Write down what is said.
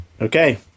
okay